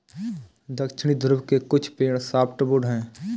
दक्षिणी ध्रुव के कुछ पेड़ सॉफ्टवुड हैं